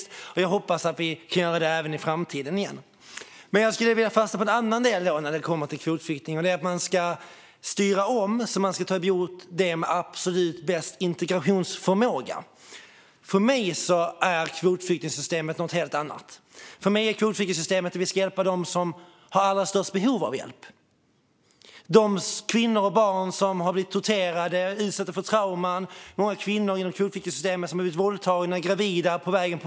Jag hoppas att vi även i framtiden kan göra det igen. Jag vill dock ta fasta på en annan del när det gäller kvotflyktingar, att man ska styra om för att ta emot dem som har absolut bäst integrationsförmåga. För mig innebär kvotflyktingsystemet något helt annat. För mig innebär kvotflyktingsystemet att vi ska hjälpa dem som har allra störst behov av hjälp. Det handlar om kvinnor och barn som har blivit torterade och utsatta för trauman. Många kvinnor inom kvotflyktingsystemet har blivit våldtagna och gravida på flyktvägen.